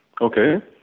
Okay